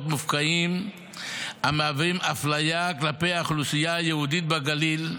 מופקעים המהווים אפליה כלפי האוכלוסייה היהודית בגליל,